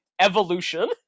evolution